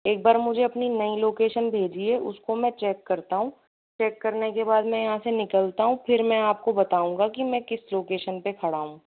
एक बार मुझे अपनी नई लोकेशन भेजिए उसको मैं चेक करता हूँ चेक करने के बाद मैं यहाँ से निकलता हूँ फिर मैं बताऊंगा कि मैं किस लोकेशन पर खड़ा हूँ